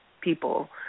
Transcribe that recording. people